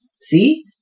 See